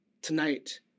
Tonight